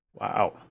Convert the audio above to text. Wow